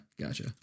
Gotcha